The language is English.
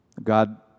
God